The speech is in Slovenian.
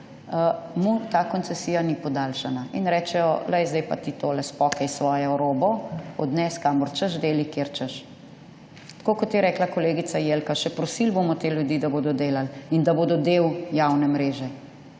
mu ta koncesija ni podaljšala. In rečejo: »Lej, zdaj pa ti tole spokaj svojo robo, odnesi kamor češ, delaj kjer češ.« Tako, kot je rekla kolegica Jelka, še prosili bomo te ljudi, da bodo delali, in da bodo del javne mreže.